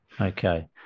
Okay